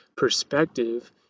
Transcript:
perspective